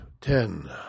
Ten